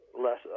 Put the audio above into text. less